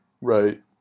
Right